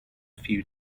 few